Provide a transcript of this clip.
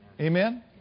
Amen